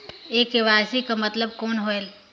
ये के.वाई.सी कर मतलब कौन होएल?